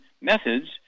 methods